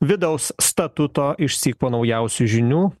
vidaus statuto išsyk po naujausių žinių